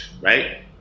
right